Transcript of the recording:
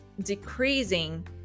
decreasing